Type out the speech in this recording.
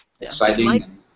exciting